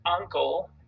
uncle